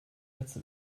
letzte